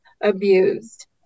abused